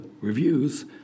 reviews